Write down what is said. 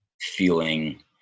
feeling